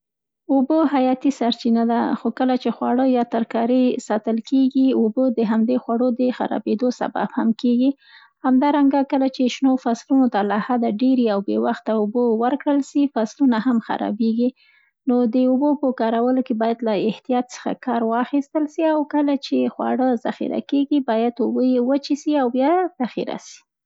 اوبه حیاتي سرچینه ده خو، کله چي خواړه یا ترکاري ساتل کېږي اوبه د همدې خوړو د خرابي سبب هم کېږي. همدارنګه کله چي شنو فصلونو ته له حده دېرې او بې وخته اوبه ورکړل سي، فصلونه هم خرابېږي. نو د اوبو په کارولو کې باید له احتیاط څخه کار واخیستل سي او کله چې خواړه ذخیره کېږي، باید اوبه یې وچې سي او بیا ذخیره سي.